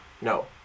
No